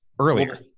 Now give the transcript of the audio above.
earlier